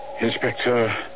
Inspector